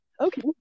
Okay